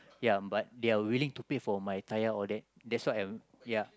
ya but they are willing to pay for my tire all that that's why I so